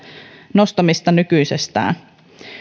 nostamista nykyisestään